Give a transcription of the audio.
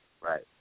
Right